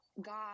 god